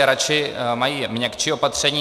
Radši mají měkčí opatření.